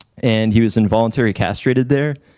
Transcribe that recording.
and he was involuntary castrated there,